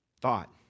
thought